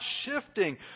shifting